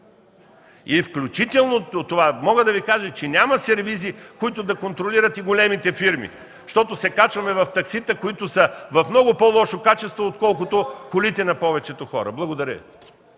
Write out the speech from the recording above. ПЕТЪР МУТАФЧИЕВ: Мога да Ви кажа, че няма сервизи, които да контролират и големите фирми, защото се качваме в таксита, които са в много по-лошо качество, отколкото колите на повечето хора. Благодаря